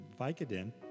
Vicodin